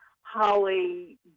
holly